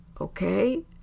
okay